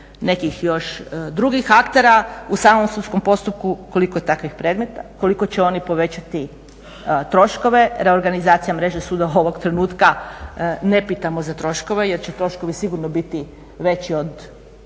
nekih još drugih aktera. U samom sudskom postupku koliko je takvih predmeta, koliko će oni povećati troškove. Reorganizacija mreže sudova ovog trenutka ne pitamo za troškove jer će sigurno troškovi biti veći od